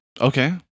Okay